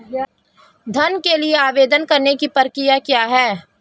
ऋण के लिए आवेदन करने की प्रक्रिया क्या है?